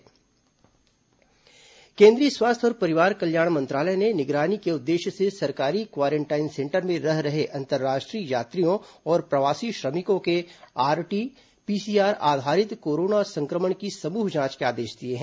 मोचन corona संक्रमण जांच केंद्रीय स्वास्थ्य और परिवार कल्याण मंत्रालय ने निगरानी के उद्देश्य से सरकारी क्वारेंटाइन सेंटर में रह रहे अंतरराष्ट्रीय यात्रियों और प्रवासी श्रमिकों के आरटी पीसीआर आधारित कोरोना संक्रमण की समूह जांच के आदेश दिए हैं